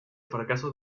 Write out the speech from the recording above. fracaso